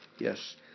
Yes